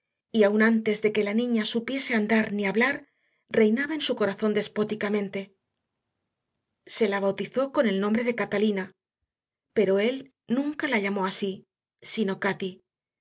y aun antes de que la niña supiese andar ni hablar reinaba en su corazón despóticamente se la bautizó con el nombre de catalina pero él nunca la llamó así sino cati